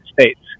States